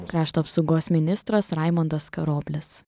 krašto apsaugos ministras raimundas karoblis